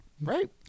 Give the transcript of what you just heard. right